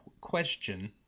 Question